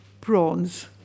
prawns